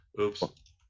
Oops